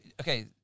Okay